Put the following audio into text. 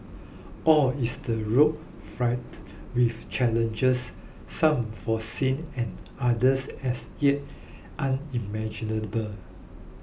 or is the road fraught with challenges some foreseen and others as yet unimaginable